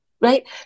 right